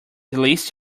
least